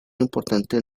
importante